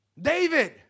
David